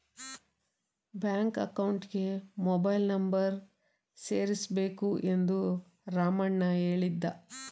bank ಅಕೌಂಟ್ಗೆ mobile number ಸೇರಿಸಬೇಕು ಎಂದು ರಾಮಣ್ಣ ಹೇಳಿದ